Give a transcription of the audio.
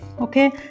Okay